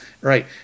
right